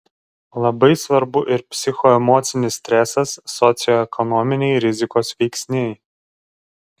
labai svarbu ir psichoemocinis stresas socioekonominiai rizikos veiksniai